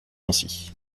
ainsi